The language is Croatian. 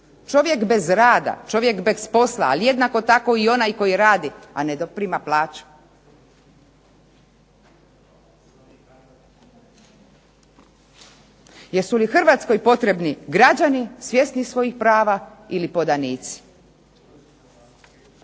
Čovjek bez rada, čovjek bez posla ali jednako tako i onaj koji radi a ne prima plaću. Jesu li Hrvatskoj potrebni građani svjesni svojih prava ili podanici? Naši